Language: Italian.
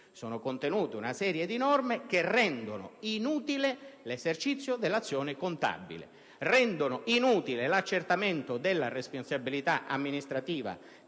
è contenuto nel decreto. Tali norme rendono inutile l'esercizio dell'azione contabile, rendono inutile l'accertamento della responsabilità amministrativa